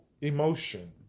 emotion